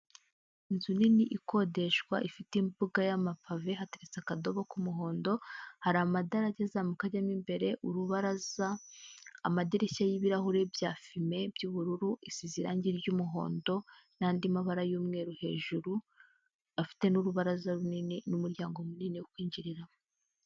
Inzu nini ikodeshwa ifite imbuga y'amapave, hateretse akadobo k'umuhondo, hari amadarage azamuka ajyamo imbere, urubaraza, amadirishya y'ibirahure bya fime by'ubururu, isize irangi ry'umuhondo n'andi mabara y'umweru, hejuru afite n'urubaraza runini n'umuryango munini wo kwinjiriramo.